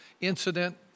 incident